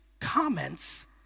comments